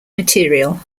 material